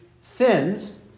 sins